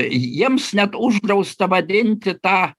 jiems net uždrausta vadinti tą